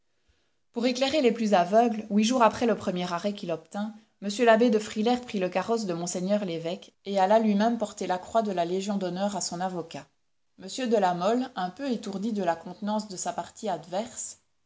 pour éclairer les plus aveugles huit jours après le premier arrêt qu'il obtint m l'abbé de frilair prit le carrosse de mgr l'évêque et alla lui-même porter la croix de la légion d'honneur à son avocat m de la mole un peu étourdi de la contenance de sa partie adverse